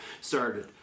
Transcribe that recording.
started